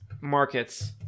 markets